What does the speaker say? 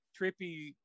trippy